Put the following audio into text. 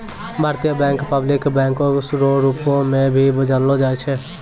भारतीय bank public बैंको रो रूप मे भी जानलो जाय छै